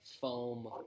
foam